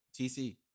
TC